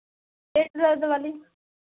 पेट दर्द वाली